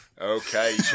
Okay